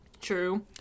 True